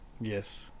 Yes